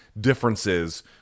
differences